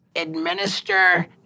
administer